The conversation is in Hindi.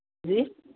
जी